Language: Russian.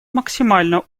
максимально